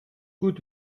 gut